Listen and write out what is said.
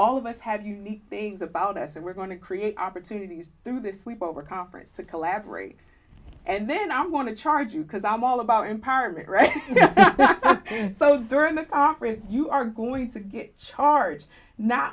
all of us have unique things about us and we're going to create opportunities through this leap over conference to collaborate and then i'm going to charge you because i'm all about empowerment right so during the conference you are going to get arch not